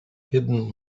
hidden